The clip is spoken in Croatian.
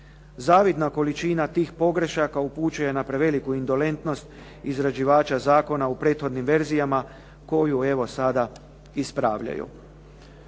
Zavidna količina tih pogrešaka upućuje na preveliku indolentnost izrađivača zakona u prethodnim verzijama koju evo sada ispravljaju.